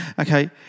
okay